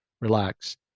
relax